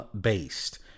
based